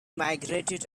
migrated